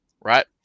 right